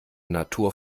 natur